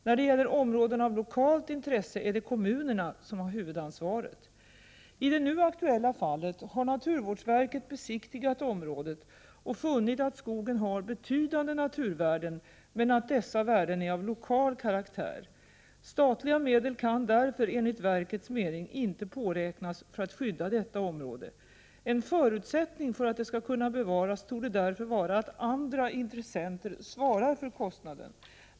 När det gäller områden av lokalt intresse är det kommunerna som har huvudansvaret. I det nu aktuella fallet har naturvårdsverket besiktigat området och funnit att skogen har betydande naturvärden men att dessa värden är av lokal karaktär. Statliga medel kan därför, enligt verkets mening, inte påräknas för att skydda detta område. En förutsättning för att det skall kunna bevaras torde därför vara att andra intressenter svarar för kostnaden.